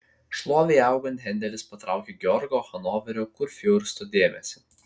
šlovei augant hendelis patraukė georgo hanoverio kurfiursto dėmesį